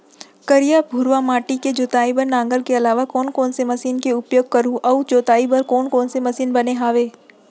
करिया, भुरवा माटी के जोताई बर नांगर के अलावा कोन कोन से मशीन के उपयोग करहुं अऊ जोताई बर कोन कोन से मशीन बने हावे?